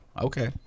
Okay